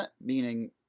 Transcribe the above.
meaning